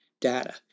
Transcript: data